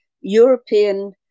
European